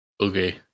Okay